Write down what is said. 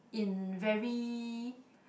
in very